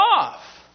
off